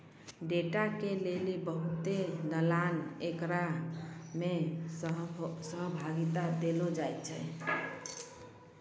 data के लेली बहुते दलाल एकरा मे सहभागिता देलो जाय छै